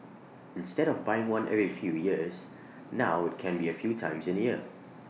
instead of buying one every few years now IT can be A few times in A year